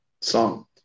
song